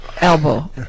elbow